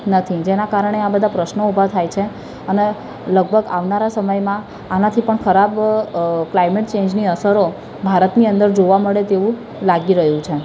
નથી જેનાં કારણે આ બધા પ્રશ્નો ઊભા થાય છે અને લગભગ આવનારા સમયમાં આનાથી પણ ખરાબ અ કલાઈમેટ ચેન્જની અસરો ભારતની અંદર જોવા મળે તેવું લાગી રહ્યું છે